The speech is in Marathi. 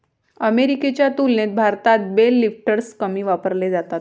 अमेरिकेच्या तुलनेत भारतात बेल लिफ्टर्स कमी वापरले जातात